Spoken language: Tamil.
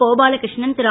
கோபாலகிருஷ்ணன் திரு